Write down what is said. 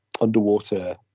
underwater